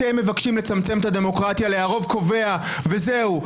אתם מבקשים לצמצם את הדמוקרטיה לרוב קובע וזהו.